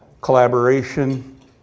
collaboration